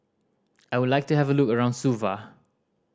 I would like to have a look around Suva